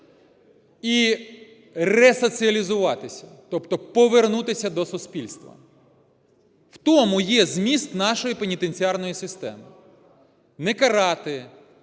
іресоціалізуватися, тобто повернутися до суспільства. В тому є зміст нашої пенітенціарної системи: не карати,